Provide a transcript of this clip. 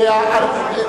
יש לי שאלה.